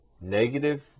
negative